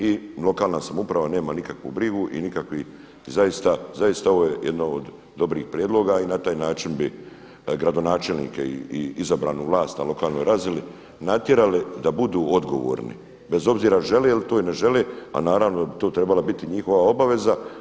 I lokalna samouprava nema nikakvu brigu i nikakvih, zaista ovo je jedan od dobrih prijedloga i na taj način bi gradonačelnike i izabranu vlast na lokalnoj razini natjerali da budu odgovorni bez obzira žele li to ili ne žele, a naravno da bi to trebala biti njihova obaveza.